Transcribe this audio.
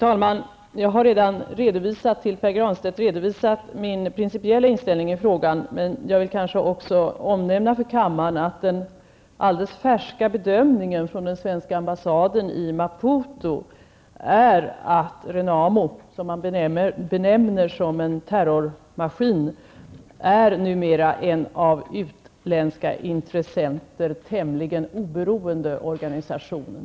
Fru talman! Jag har redan för Pär Granstedt redovisat min principiella inställning i frågan, men jag vill omnämna för kammaren att en alldeles färsk bedömning från den svenska ambassaden i Mobutu är att Renamo, som man benämner som en terrormaskin, numera är en av utländska intressenter tämligen oberoende organisation.